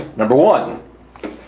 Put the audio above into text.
number one,